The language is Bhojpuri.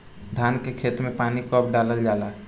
धान के खेत मे पानी कब डालल जा ला?